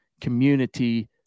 community